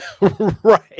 Right